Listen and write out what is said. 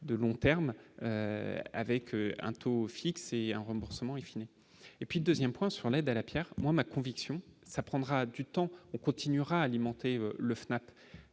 de long terme avec un taux fixé un remboursement est fini et puis 2ème point sur l'aide à la Pierre, moi, ma conviction, ça prendra du temps, on continuera à alimenter le FNAP